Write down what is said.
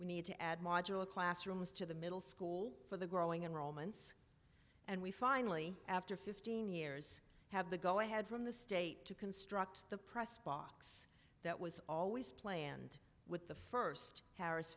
we need to add modular classrooms to the middle school for the growing and romans and we finally after fifteen years have the go ahead from the state to construct the press box that was always planned with the first harris